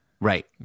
Right